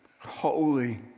holy